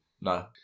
No